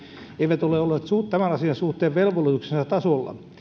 eivät ole olleet tämän asian suhteen velvollisuuksiensa tasalla